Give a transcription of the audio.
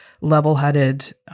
level-headed